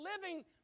living